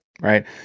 right